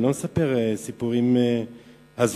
אני לא מספר סיפורים הזויים.